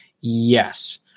Yes